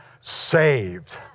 saved